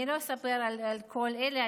אני לא אספר על כל אלה,